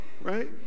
right